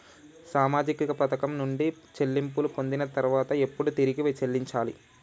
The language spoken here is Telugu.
సామాజిక పథకం నుండి చెల్లింపులు పొందిన తర్వాత ఎప్పుడు తిరిగి చెల్లించాలి?